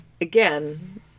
again